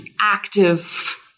active